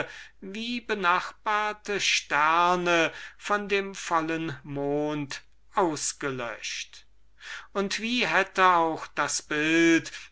wie benachbarte sterne von dem vollen mond ausgelöscht und wie hätte ihn auch das bild